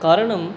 कारणं